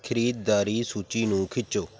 ਖਰੀਦਦਾਰੀ ਸੂਚੀ ਨੂੰ ਖਿੱਚੋ